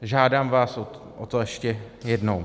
Žádám vás o to ještě jednou.